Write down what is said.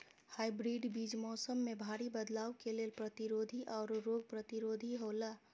hybrid बीज मौसम में भारी बदलाव के लेल प्रतिरोधी और रोग प्रतिरोधी हौला